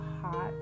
hot